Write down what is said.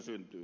syntyy